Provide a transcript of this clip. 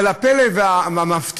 אבל הפלא והמפתיע,